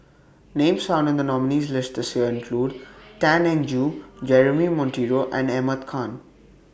Names found in The nominees' list This Year include Tan Eng Joo Jeremy Monteiro and Ahmad Khan